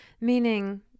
Meaning